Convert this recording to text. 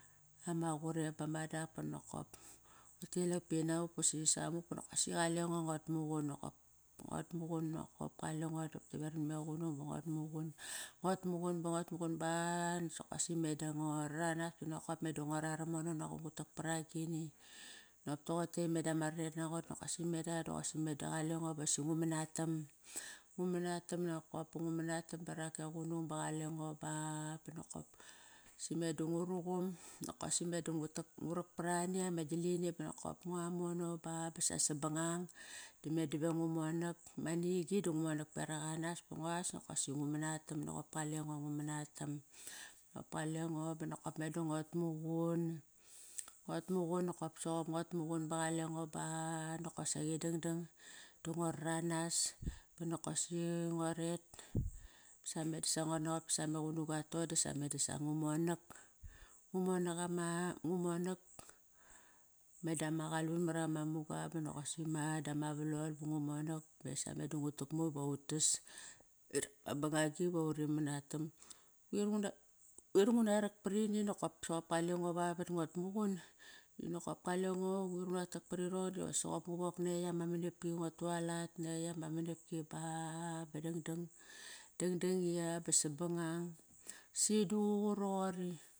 Ama qurem ba ma dak ba nokop. Ngua tilak ba inavuk basi samuk ba nokop si qalengo nguat muqun nokop, ba nguat muqun nokop. Kalengo dap da veram name qunung ba nguat muqun. Nguat muqun, ba nguat muqun ba nokosi me da ngo rar anas ba nokop meda nguara ramono nokop ngutak paragini. Noqop toqote, meda ma rariet nango nokosi meda, nokosi meda qalengo basi ngu man atam. Ngu manatam nokop ba ngu manatam barak ke qunung ba qalengo ba ban nokop, sime da ngu ruqum. Nokosi me da ngu rak parani ama gilini ba nokop ngua mono bap basa sabangang. Dime dive ngu monak, ma nigi du ngu monak beraq anas bo nguas nokosaqi ngu manatam nokop kalengo ngu manatam. Kap kalengo bo nokop meda nguat muqun, nguat muqun nokop soqop nguat muqun ba qalengo ba nokosaqi dang dang da ngua rar anas. Nokosi ngua ret, sa me dasa nguat naqot basa me qunung katon dasa meda sa ngu monak. Ngu monak ama. Ngu monak meda ma qalun mar ama muga banoqosaqi ba dama valol bungu monak basa me du ngu tukmu va utas. Ma bangagi iva uri manatam. Quir ngu na rak parini nokop sop kale ngo vavat nguat muqun. Dinakop kalengo, quir nguna tak prirong doqop sop ngu wok na yekt ama manapki, ngua tualat na yekt ama manapki ba, ba dangdang, dangdang i a ba sabangang si duququ roqori